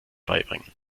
beibringen